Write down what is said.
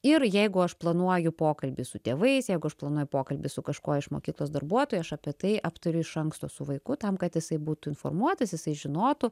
ir jeigu aš planuoju pokalbį su tėvais jeigu aš planuoju pokalbį su kažkuo iš mokyklos darbuotojų aš apie tai aptariu iš anksto su vaiku tam kad jisai būtų informuotas jisai žinotų